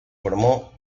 formó